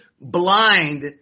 blind